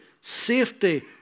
safety